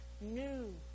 new